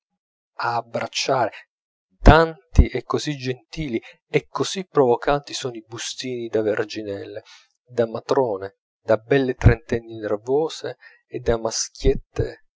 abbracciare tanti e così gentili e così provocanti sono i bustini da verginelle da matrone da belle trentenni nervose e da maschiette